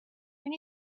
when